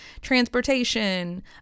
transportation